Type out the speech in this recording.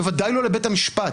בוודאי לא לבית המשפט.